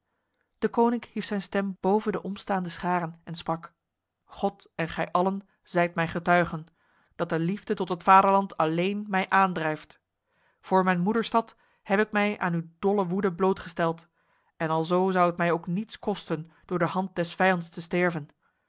deconinck hief zijn stem boven de omstaande scharen en sprak god en gij allen zijt mij getuigen dat de liefde tot het vaderland alleen mij aandrijft voor mijn moederstad heb ik mij aan uw dolle woede blootgesteld en alzo zou het mij ook niets kosten door de hand des vijands te sterven